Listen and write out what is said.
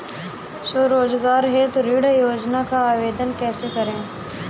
स्वरोजगार हेतु ऋण योजना का आवेदन कैसे करें?